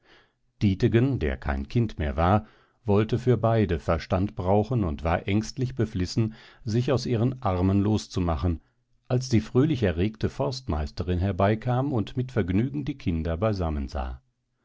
dietegen der kein kind mehr war wollte für beide verstand brauchen und war ängstlich beflissen sich aus ihren armen loszumachen als die fröhlich erregte forstmeisterin herbeikam und mit vergnügen die kinder beisammen sah